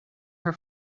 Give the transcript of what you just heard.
her